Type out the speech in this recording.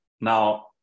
Now